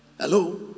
Hello